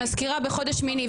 מזכירה, בחודש שמיני.